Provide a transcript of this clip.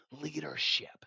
leadership